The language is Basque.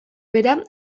bera